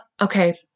Okay